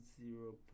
zero